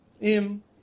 Im